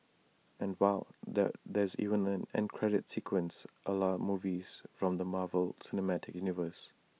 and wow there there's even an end credit sequence A la movies from the Marvel cinematic universe